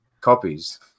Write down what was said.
copies